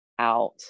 out